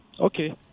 Okay